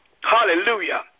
hallelujah